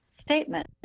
statement